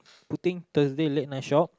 putting Thursday late night shop